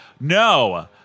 No